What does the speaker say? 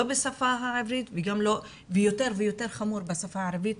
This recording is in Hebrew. לא בשפה העברית ויותר ויותר חמור בשפה הערבית,